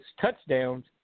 touchdowns